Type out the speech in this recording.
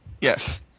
Yes